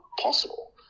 possible